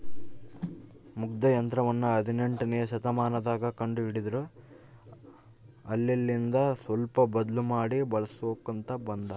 ಮಗ್ಗ ಯಂತ್ರವನ್ನ ಹದಿನೆಂಟನೆಯ ಶತಮಾನದಗ ಕಂಡು ಹಿಡಿದರು ಅಲ್ಲೆಲಿಂದ ಸ್ವಲ್ಪ ಬದ್ಲು ಮಾಡಿ ಬಳಿಸ್ಕೊಂತ ಬಂದಾರ